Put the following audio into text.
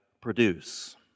produce